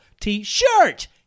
t-shirt